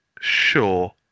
Sure